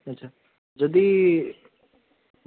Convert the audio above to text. ଆଚ୍ଛା ଯଦି